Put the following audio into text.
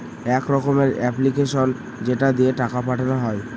এক রকমের এপ্লিকেশান যেটা দিয়ে টাকা পাঠানো হয়